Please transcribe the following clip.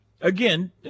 Again